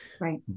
Right